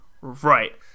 right